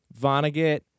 Vonnegut